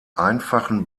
einfachen